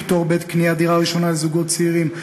פטור בעת קניית דירה ראשונה לזוגות צעירים),